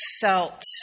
felt